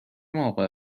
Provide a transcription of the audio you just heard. موقع